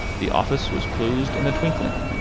the office was closed in a twinkling,